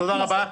תודה רבה.